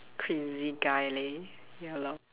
crazy guy leh ya lor